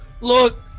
look